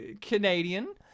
Canadian